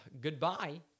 goodbye